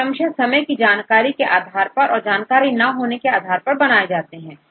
यह क्रमशःसमय की जानकारी के आधार और जानकारी ना होने के आधार पर बनाए जाते हैं